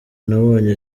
nabonye